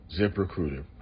ZipRecruiter